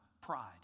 Pride